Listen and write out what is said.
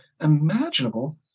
imaginable